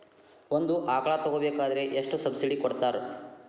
ಒಂದು ಆಕಳ ತಗೋಬೇಕಾದ್ರೆ ಎಷ್ಟು ಸಬ್ಸಿಡಿ ಕೊಡ್ತಾರ್?